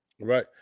Right